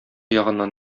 ягыннан